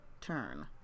turn